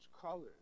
colors